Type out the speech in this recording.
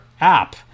app